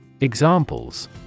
Examples